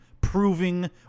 proving